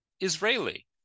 israeli